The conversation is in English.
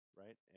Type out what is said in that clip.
right